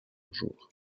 jour